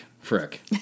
Frick